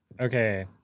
Okay